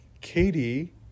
Katie